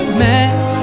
mess